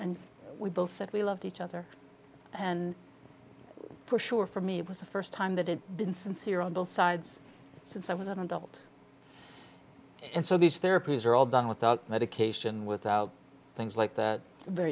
and we both said we loved each other and for sure for me it was the first time that had been sincere on both sides since i was an adult and so these therapies are all done without medication without things like that